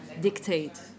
dictate